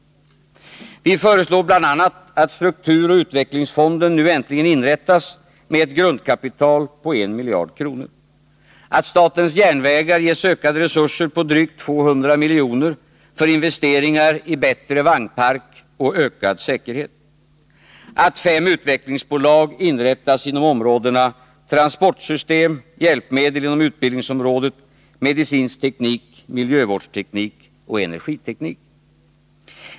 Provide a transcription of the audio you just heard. Vi föreslår bl.a. att strukturoch utvecklingsfonden nu äntligen inrättas med ett grundkapital på 1 miljard kronor, att statens järnvägar ges ökade resurser på drygt 200 milj.kr. för investeringar i bättre vagnpark och ökad säkerhet, att fem utvecklingsbolag inrättas inom områdena transportsystem, hjälpmedel inom utbildningsområdet, medicinsk teknik, miljövårdsteknik och energiteknik.